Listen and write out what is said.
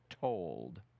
told